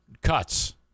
cuts